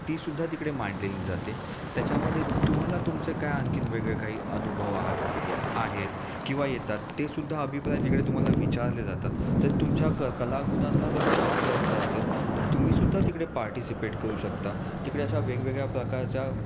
तीसुद्धा तिकडे मांडलेली जाते त्याच्यामध्ये तुम्हाला तुमचे काय आणखीन वेगळे काही अनुभव आ आहेत किंवा येतात तेसुद्धा अभिप्राय तिकडे तुम्हाला विचारले जातात तर तुमच्या क कलागुणांना जर तो वाव द्यायचं असेल तर तुम्हीसुद्धा तिकडे पार्टीसिपेट करू शकता तिकडे अशा वेगवेगळ्या प्रकारच्या